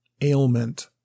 ailment